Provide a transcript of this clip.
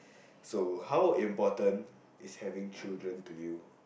so how important is having children to you